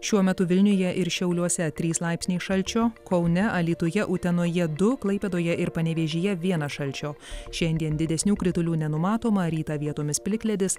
šiuo metu vilniuje ir šiauliuose trys laipsniai šalčio kaune alytuje utenoje du klaipėdoje ir panevėžyje vienas šalčio šiandien didesnių kritulių nenumatoma rytą vietomis plikledis